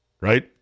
right